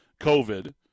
COVID